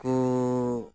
ᱩᱱᱠᱩ